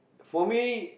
for me